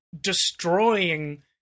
destroying